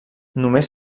només